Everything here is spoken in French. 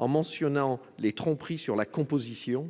En mentionnant les tromperies sur la composition,